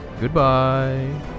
Goodbye